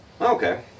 okay